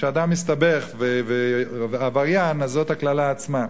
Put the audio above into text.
וכשאדם מסתבך, עבריין, אז זו הקללה עצמה.